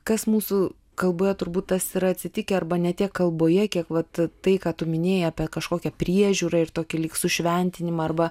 kas mūsų kalboje turbūt tas yra atsitikę arba ne tiek kalboje kiek vat tai ką tu minėjai apie kažkokią priežiūrą ir tokį lyg sušventinimą arba